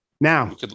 Now